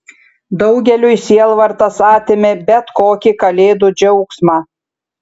daugeliui sielvartas atėmė bet kokį kalėdų džiaugsmą